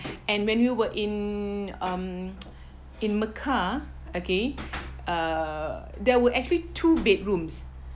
and when we were in um in mecca okay uh there were actually two bedrooms